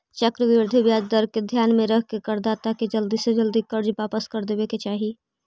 चक्रवृद्धि ब्याज दर के ध्यान में रखके करदाता के जल्दी से जल्दी कर्ज वापस कर देवे के चाही